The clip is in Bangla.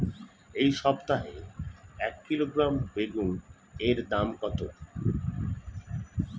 এই সপ্তাহে এক কিলোগ্রাম বেগুন এর দাম কত?